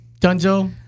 dunzo